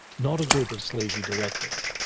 not a group of sleazy directors.